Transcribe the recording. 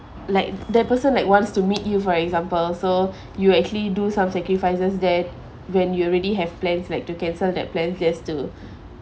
like the person like wants to meet you for example so you actually do some sacrifices that when you already have plans like to cancel that plans just to